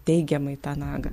teigiamai tą nagą